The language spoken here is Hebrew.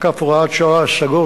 הוראת שעה),